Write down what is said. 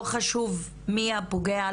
לא חשוב מי הפוגע,